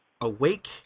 awake